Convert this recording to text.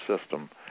system